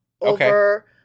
over